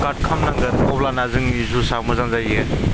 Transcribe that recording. काट खालामनांगोन अब्लाना जोंनि जुइसआ मोजां जायो